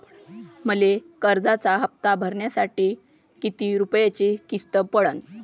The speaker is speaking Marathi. मले कर्जाचा हप्ता भरासाठी किती रूपयाची किस्त पडन?